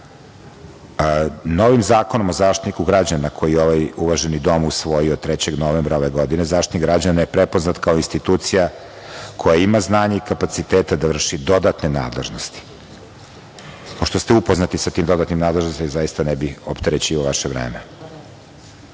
Zakonom o zaštitniku građana koji ovaj uvaženi dom usvojio 3. novembra, ove godine, Zaštitnik građana je prepoznat kao institucija koja ima znanje i kapaciteta, da vrši dodatne nadležnosti. Pošto ste upoznati sa tim dodatnim nadležnostima, zaista ne bih opterećivao vaše vreme. Ono